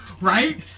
Right